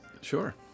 Sure